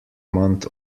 month